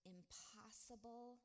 impossible